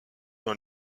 dans